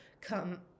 come